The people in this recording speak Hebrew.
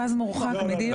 בבקשה.